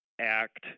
act